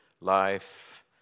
life